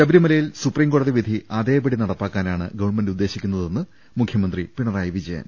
ശബരിമലയിൽ സൂപ്രീം കോടതി വിധി അതേപടി നടപ്പാക്കാ നാണ് ഗവൺമെന്റ് ഉദ്ദേശിക്കുന്നതെന്ന് മുഖ്യമന്ത്രി പിണറായി വിജയൻ